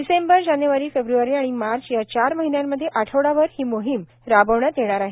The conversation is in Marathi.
डिसेंबर जानेवारी फेब्र्वारी आणि मार्च या चार महिन्यांमध्ये आठवडाभर ही मोहिम राबविण्यात येणार आहे